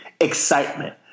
excitement